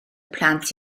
plant